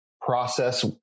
process